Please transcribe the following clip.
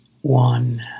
one